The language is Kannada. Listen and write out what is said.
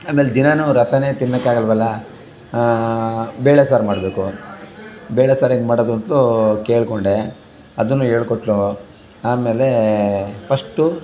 ಆಮೇಲೆ ದಿನಾನು ರಸನೇ ತಿನ್ನಕ್ಕಾಗಲ್ವಲ್ಲ ಬೇಳೆ ಸಾರು ಮಾಡಬೇಕು ಬೇಳೆ ಸಾರು ಹೆಂಗೆ ಮಾಡೋದು ಅಂತ್ಲು ಕೇಳಿಕೊಂಡೆ ಅದನ್ನು ಹೇಳ್ಕೊಟ್ಲು ಆಮೇಲೆ ಫಸ್ಟು